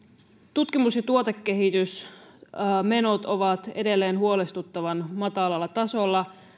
tutkimus ja tuotekehitysmenot ovat edelleen huolestuttavan matalalla tasolla